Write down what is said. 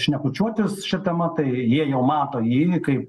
šnekučiuotis šia tema tai jie jau mato jį kaip